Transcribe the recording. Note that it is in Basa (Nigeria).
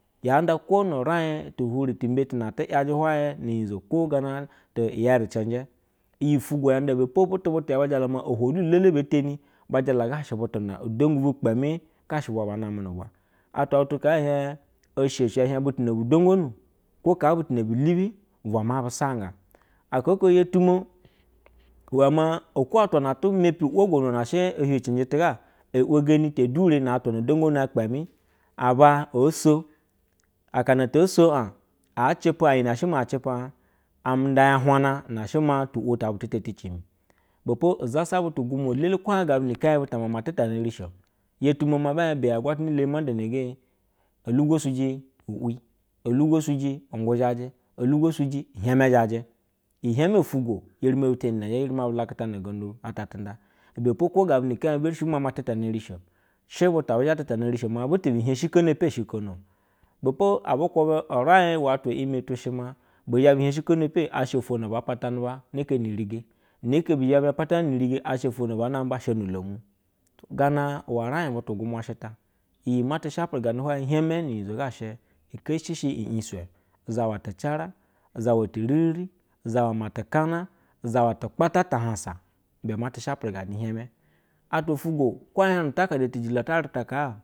Yaa nada kwo nuuraij ti hwuri ti mbe tu na atɛ yajɛ hwayɛ nuunyizu kwo gana ti iyerɛ cenjɛ. Iyi ufungwo ya nda ibe po butu butu ya ba jala maa ohwulo elele bee teni, ba jala gashɛ butu na dongwu bu kpɛmɛ, ga shɛ bwa baa namɛ nu bwa. Atwa wutu kaa ɛ hiɛj, osho ushi ɛ hiej butu na bu dojgonu kwo kaa butu ba but lubi ubwa ma bu sajga. Aka oko yo tumo iwe maa okwo atwa na ti mepi wogono na she ohiu cenjɛ tɛ ga, e wegeni te dure na atwa fojgonu kpeme. Apo oo so, akano too so aa cepe iyi ne shɛ maa a cepe, a nda ya uhwahjna na shɛ maa tu iwo to butu ata ti cini. Ibɛ poi zasa butu gwuma elele kwo ee hie-j gabu ni ikenyɛ bu ta mama tetana yishe o yo tumo maa e hiej beyi agwatana leni ma nda negeye, olugwo siyi uwi, olugwo suji ungwu zhajɛ olugwu suji ihɛmɛ zhejɛ thiemɛ ufwugwo eri me bi teneni na eri ma bu laketana ugondu atate nda ebe po kwo gabu niikenyɛ bu bi eri shi bu mama tetana rishe o. Shɛ butu ebi zhɛ tɛtana rishe maa butu bi hiej shikono epe shikono. Ibe po abu kwubɛ uraij wa atwa ɨime tu she maa bi zhe bi hiej shikono epe asha ofwo na baa pataje ba ne ke ni irige neke bi zhɛ bi hiej patana ni-irige, a sha ofwo na baa namɛ ba a sha nu-uloma gana iwe uraij butu gwumwa she ta iyi ma te shapereganɛ hwaye heime nuunyizo ga shɛ keshici shi iijswɛ uzawa te cara, uzawa tiririri, uzawa matekana, uzawa tu kpata ta ahansa ibe ma te shepereganɛ ihiɛna atwa ufwugo, kwo ɛɛ hiɛj nu utakada tijilo ta reta kaa